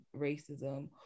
racism